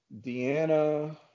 Deanna